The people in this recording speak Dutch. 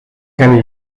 gaan